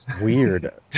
Weird